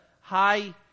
high